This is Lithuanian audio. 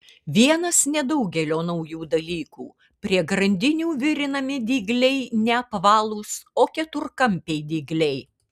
vienas nedaugelio naujų dalykų prie grandinių virinami dygliai ne apvalūs o keturkampiai dygliai